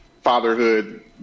fatherhood